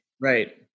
Right